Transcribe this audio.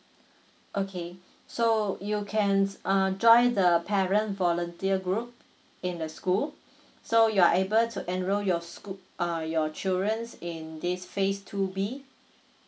okay so you can uh join the parent volunteer group in the school so you're able to enroll your scho~ uh your children in this phase two B